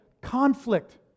conflict